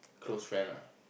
close friend lah